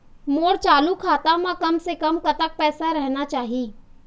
मोर चालू खाता म कम से कम कतक पैसा रहना चाही?